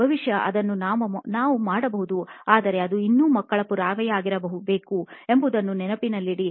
ಬಹುಶಃ ಅದನ್ನು ನಾವು ಮಾಡಬಹುದು ಆದರೆ ಅದು ಇನ್ನೂ ಮಕ್ಕಳ ಪುರಾವೆಯಾಗಿರಬೇಕು ಎಂಬುದನ್ನು ನೆನಪಿನಲ್ಲಿಡಿ